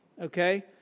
okay